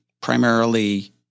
primarily